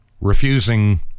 refusing